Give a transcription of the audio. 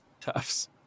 toughs